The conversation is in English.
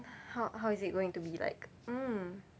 how how is it going to be like mm